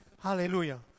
Hallelujah